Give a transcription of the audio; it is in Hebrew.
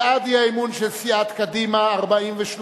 בעד האי-אמון של סיעת קדימה, 43,